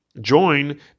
join